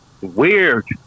Weird